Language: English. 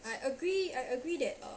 I agree I agree that uh